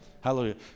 Hallelujah